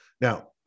Now